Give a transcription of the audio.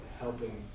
helping